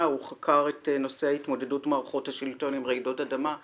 שחקר את נושא ההתמודדות מערכות השלטון עם רעידות אדמה,